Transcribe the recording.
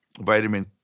vitamin